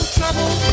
Trouble